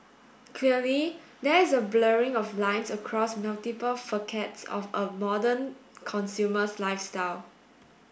clearly there is a blurring of lines across multiple facets of a modern consumer's lifestyle